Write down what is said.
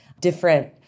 different